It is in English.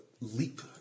leap